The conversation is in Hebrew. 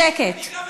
שקט.